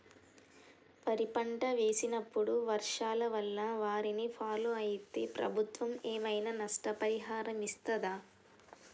వరి పంట వేసినప్పుడు వర్షాల వల్ల వారిని ఫాలో అయితే ప్రభుత్వం ఏమైనా నష్టపరిహారం ఇస్తదా?